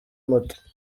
muto